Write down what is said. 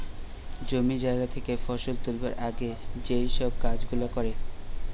জমি জায়গা থেকে ফসল তুলবার আগে যেই সব কাজ গুলা করে